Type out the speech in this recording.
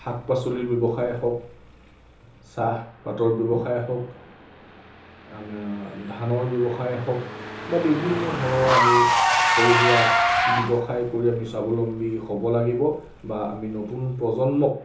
শাক পাচলিৰ ব্যৱসায়ে হওক চাহপাতৰ ব্যৱসায়ে হওক ধানৰ ব্যৱসায়ে হওক বা বিভিন্ন ধৰণৰ আমি সৰু সুৰা ব্যৱসায় কৰি আমি স্বাৱলম্বী হ'ব লাগিব বা আমি নতুন প্ৰজন্মক